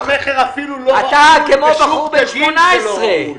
אתה כמו בחור בן 18,